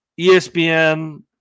ESPN